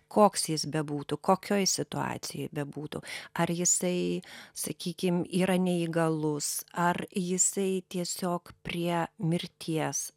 koks jis bebūtų kokioj situacijoj bebūtų ar jisai sakykim yra neįgalus ar jisai tiesiog prie mirties